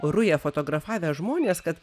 rują fotografavę žmonės kad